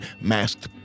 masked